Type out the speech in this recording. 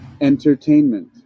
entertainment